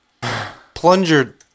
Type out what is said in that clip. Plunger